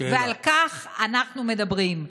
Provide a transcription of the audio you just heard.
על כך אנחנו מדברים.